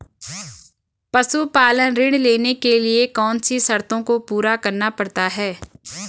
पशुपालन ऋण लेने के लिए कौन सी शर्तों को पूरा करना पड़ता है?